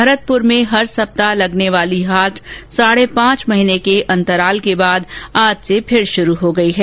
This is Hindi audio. भरतपूर में हर सप्ताह लगने वाली हाट साढे पांच महीने के अंतराल के बाद आज से फिर शुरू हो गई हैं